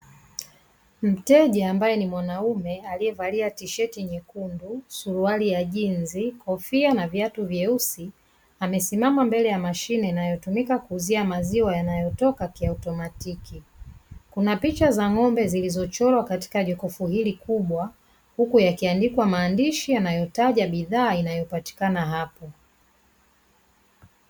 Mteja ambaye ni mwanaume aliyevalia tisheti nyekundu, suruali ya jinzi, kofia na viatu vyeusi; amesimama mbele ya mashine inayotumika kuuzia maziwa yanayotoka kiautomatiki. Kuna picha za ng'ombe zilizochorwa katika jokofu hili kubwa huku yakiandikwa maandishi yanayotaja bidhaa inayopatikana hapo.